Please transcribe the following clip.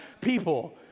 people